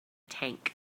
tank